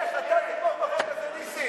איך אתה תתמוך בחוק הזה?